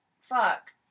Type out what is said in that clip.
fuck